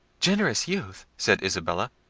generous youth, said isabella,